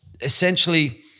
essentially